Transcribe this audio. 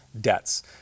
debts